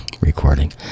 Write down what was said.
recording